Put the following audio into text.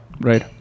Right